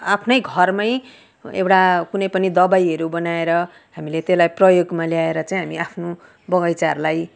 आफ्नो घरमा एउटा कुनै पनि दबाईहरू बनाएर हामीले त्यसलाई प्रयोगमा ल्याएर चाहिँ हामीले आफ्नो बगैँचाहरूलाई